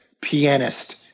pianist